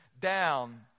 down